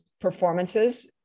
performances